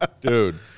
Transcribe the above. Dude